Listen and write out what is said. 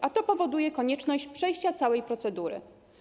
A to powoduje konieczność przejścia całej procedury.